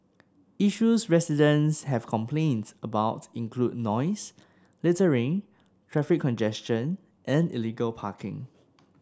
issues residents have complained about include noise littering traffic congestion and illegal parking